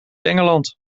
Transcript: engeland